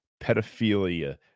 pedophilia